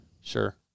Sure